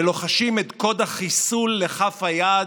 ולוחשים את קוד החיסול לכף היד: